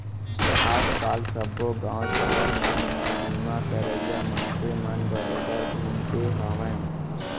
आज काल सब्बो गॉंव सहर मन म बीमा करइया मनसे मन बरोबर घूमते हवयँ